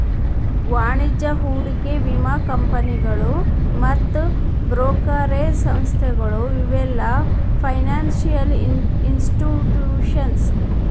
ವಾಣಿಜ್ಯ ಹೂಡಿಕೆ ವಿಮಾ ಕಂಪನಿಗಳು ಮತ್ತ್ ಬ್ರೋಕರೇಜ್ ಸಂಸ್ಥೆಗಳು ಇವೆಲ್ಲ ಫೈನಾನ್ಸಿಯಲ್ ಇನ್ಸ್ಟಿಟ್ಯೂಷನ್ಸ್